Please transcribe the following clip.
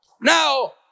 Now